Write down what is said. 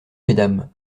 mesdames